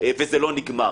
אחרת לא יהיה לנו מדרג,